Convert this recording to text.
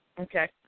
Okay